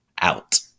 out